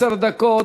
נתקבלה.